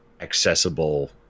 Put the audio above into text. accessible